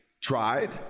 tried